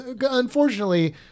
unfortunately